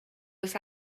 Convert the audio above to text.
oes